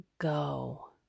go